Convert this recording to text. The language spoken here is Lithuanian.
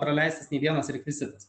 praleistas nė vienas rekvizitas